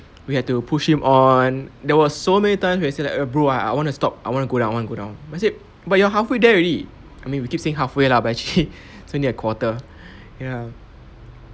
we have to push him on there was so many times when he said like eh bro I want to stop I want to go down I want to go down but I said but you're halfway there already I mean we keep saying halfway lah but actually it was only a quarter ya